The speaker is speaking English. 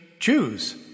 Choose